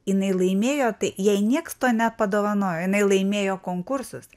jinai laimėjo tai jai nieks to nepadovanojo jinai laimėjo konkursus